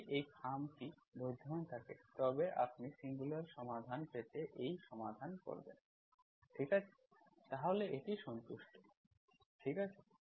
যদি এই খামটি বিদ্যমান থাকে তবে আপনি সিঙ্গুলার সমাধান পেতে এটি সমাধান করবেন ঠিক আছে তাহলে এটি সন্তুষ্ট ঠিক আছে